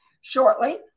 shortly